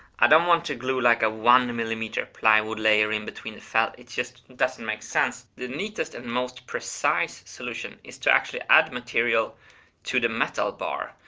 i don't want to glue, like, a one millimeter plywood layer in between the felt, it just doesn't make sense. the neatest and most precise solution is to actually add material to the metal bar.